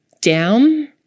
down